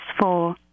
four